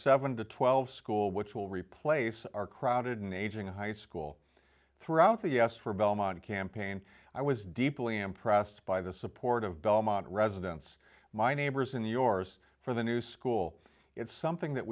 seven to twelve school which will replace our crowded and aging high school throughout the u s for belmont campaign i was deeply impressed by the support of belmont residents my neighbors and yours for the new school it's something that